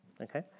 Okay